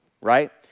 right